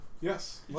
Yes